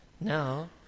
Now